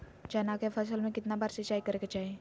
चना के फसल में कितना बार सिंचाई करें के चाहि?